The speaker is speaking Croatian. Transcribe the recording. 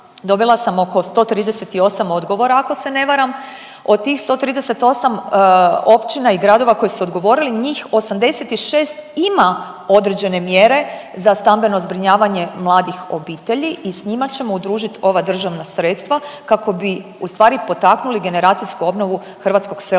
dobila sam oko 138 odgovora ako se ne varam, od tih 138 općina i gradova koji su odgovorili njih 86 ima određene mjere za stambeno zbrinjavanje mladih obitelji i s njima ćemo udružit ova država sredstva kako bi ustvari potaknuli generacijsku obnovu hrvatskog sela